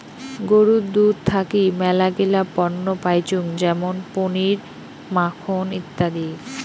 গরুর দুধ থাকি মেলাগিলা পণ্য পাইচুঙ যেমন পনির, মাখন ইত্যাদি